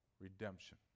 redemption